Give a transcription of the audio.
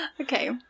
Okay